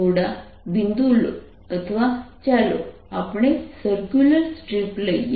થોડા બિંદુ લો અથવા ચાલો આપણે સર્ક્યુલર સ્ટ્રીપ લઈએ